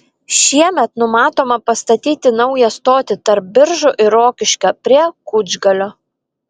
šiemet numatoma pastatyti naują stotį tarp biržų ir rokiškio prie kučgalio